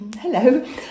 Hello